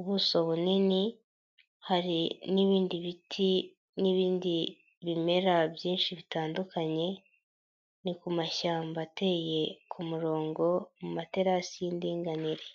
ubuso bunini, hari n'ibindi biti n'ibindi bimera byinshi bitandukanye, ni ku mashyamba ateye ku murongo mu materasi y'indinganire.